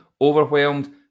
overwhelmed